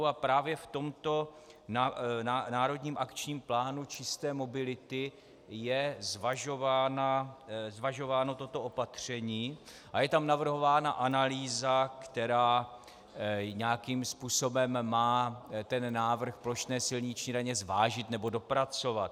A právě v tomto Národním akčním plánu čisté mobility je zvažováno toto opatření a je tam navrhována analýza, která nějakým způsobem má ten návrh plošné silniční daně zvážit nebo dopracovat.